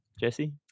Jesse